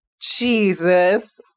Jesus